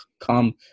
come